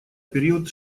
период